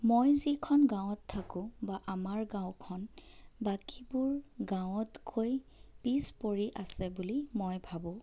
মই যিখন গাঁৱত থাকো বা আমাৰ গাঁওখন বাকীবোৰ গাঁৱতকৈ পিছ পৰি আছে বুলি মই ভাবোঁ